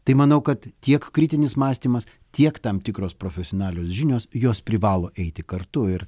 tai manau kad tiek kritinis mąstymas tiek tam tikros profesionalios žinios jos privalo eiti kartu ir